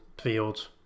Fields